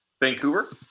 Vancouver